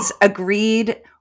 agreed